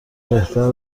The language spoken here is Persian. بهتره